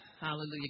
Hallelujah